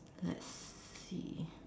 let's see